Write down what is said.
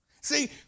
See